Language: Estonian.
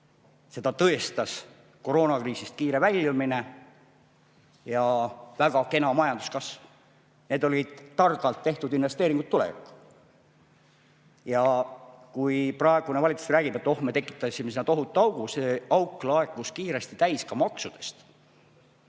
Seda tõestas koroonakriisist kiire väljumine ja väga kena majanduskasv. Need olid targalt tehtud investeeringud tulevikku. Kui praegune valitsus räägib, et oh, me tekitasime sinna tohutu augu – see auk laekus kiiresti täis ka maksudest.